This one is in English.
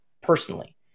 personally